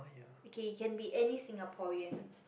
okay it can be any Singaporean